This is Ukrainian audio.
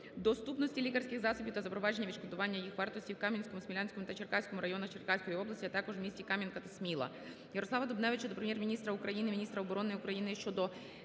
доступності лікарських засобів та запровадження відшкодування їх вартості в Кам'янському, Смілянському та Черкаському районах Черкаської області, а також місті Кам'янка та Сміла.